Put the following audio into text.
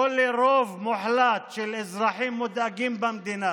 לא לרוב מוחלט של אזרחים מודאגים במדינה,